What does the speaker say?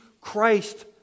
Christ